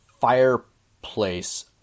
fireplace